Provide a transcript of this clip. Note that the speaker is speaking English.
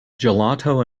gelato